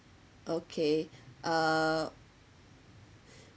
okay uh